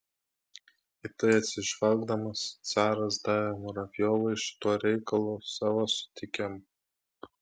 į tai atsižvelgdamas caras davė muravjovui šituo reikalu savo sutikimą